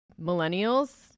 millennials